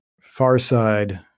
far-side